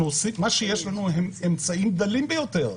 יש לנו אמצעים דלים ביותר.